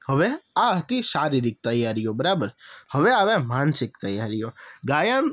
હવે આ હતી શારીરિક તૈયારીઓ બરાબર હવે આવે માનસિક તૈયારીઓ ગાયન